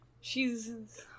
She's-